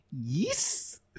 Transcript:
yes